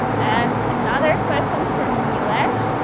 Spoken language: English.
and another question from nilesh.